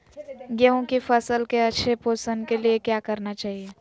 गेंहू की फसल के अच्छे पोषण के लिए क्या करना चाहिए?